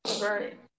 Right